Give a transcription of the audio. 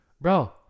Bro